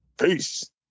Peace